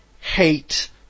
hate